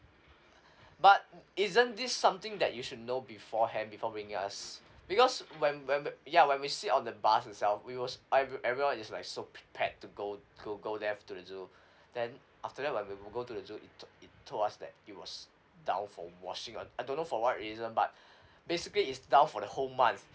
but isn't this something that you should know beforehand before bringing us because when when whe~ ya when we sit on the bus itself we were s~ eve~ everyone is like so prepared to go go go there to the zoo then after that when we go to the zoo it to~ it told us that it was down for washing uh I don't know for what reason but basically it's down for the whole month